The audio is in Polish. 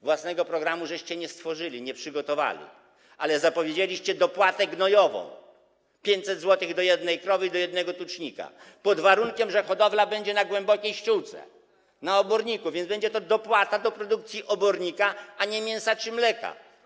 Własnego programu nie stworzyliście, nie przygotowaliście, ale zapowiedzieliście dopłatę gnojową w wysokości 500 zł do jednej krowy i do jednego tucznika pod warunkiem, że hodowla będzie na głębokiej ściółce, na oborniku, więc będzie to dopłata do produkcji obornika, a nie mięsa czy mleka.